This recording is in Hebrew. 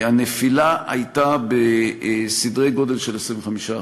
הנפילה הייתה בסדרי גודל של 25%,